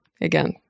again